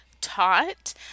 taught